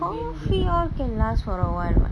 coffee all can last for awhile what